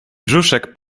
brzuszek